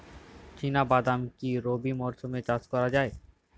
চিনা বাদাম কি রবি মরশুমে চাষ করা যায়?